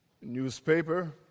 newspaper